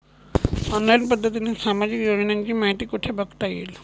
Online पद्धतीने सामाजिक योजनांची माहिती कुठे बघता येईल?